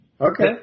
Okay